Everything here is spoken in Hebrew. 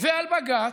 ועל בג"ץ,